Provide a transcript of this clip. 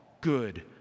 good